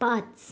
पाच